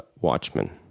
Watchmen